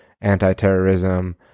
anti-terrorism